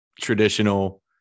traditional